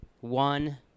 one